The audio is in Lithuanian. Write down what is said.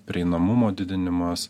prieinamumo didinimas